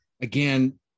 again